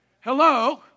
Hello